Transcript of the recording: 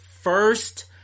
first